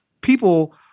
people